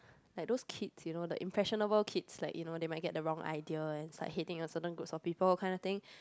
like those kids you know the impressionable kids like you know they might get the wrong idea and it's like hating a certain groups of people that kind of thing